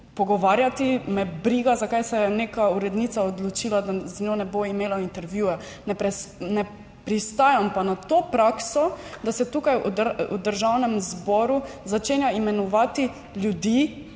pogovarjati. Me briga, zakaj se je neka urednica odločila, da z njo ne bo imela intervjuja. Ne pristajam pa na to prakso, da se tukaj v Državnem zboru začenja imenovati ljudi